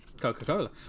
Coca-Cola